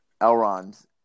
Elrond